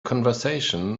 conversation